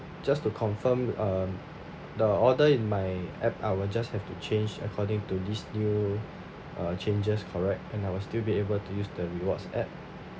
just to confirm uh the order in my app I will just have to change according to this new uh changes correct and I will still be able to use the rewards app